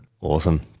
Awesome